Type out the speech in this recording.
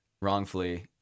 wrongfully